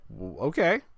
okay